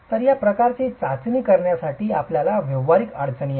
तर या प्रकारची चाचणी करण्यासाठी आपल्याला व्यावहारिक अडचणी आहेत